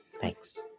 Thanks